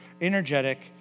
energetic